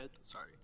Sorry